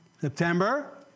September